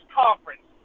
conference